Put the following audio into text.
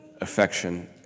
affection